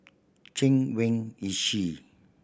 Chen Wen Hsi